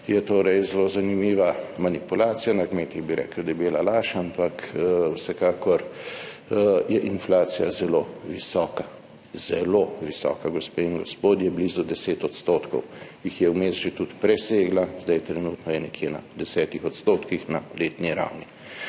je torej zelo zanimiva manipulacija. Na kmetih bi rekli, debela laž. Ampak vsekakor je inflacija zelo visoka, zelo visoka, gospe in gospodje, blizu 10 odstotkov. Jih je vmes že tudi presegla, sedaj trenutno je nekje na 10 odstotkih na letni ravni.